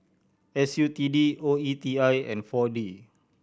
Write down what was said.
S U T D O E T I and Four D